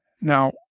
now